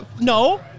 No